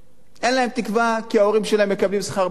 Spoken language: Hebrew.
אין להם תקווה כי ההורים שלהם מקבלים שכר מינימום.